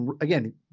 again